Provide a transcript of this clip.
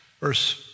Verse